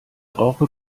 brauche